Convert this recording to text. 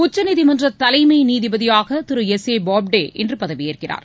உச்சநீதிமன்ற தலைமை நீதிபதியாக திரு எஸ் ஏ பாப்தே இன்று பதவியேற்கிறார்